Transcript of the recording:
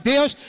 Deus